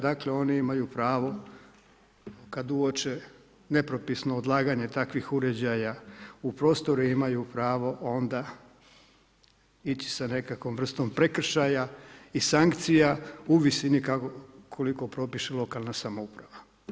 Dakle, oni imaju pravo kada uoče nepropisno odlaganje takvih uređaja u prostoru imaju pravo onda ići sa nekakvom vrstom prekršaja i sankcija u visi koliko propiše lokalna samouprava.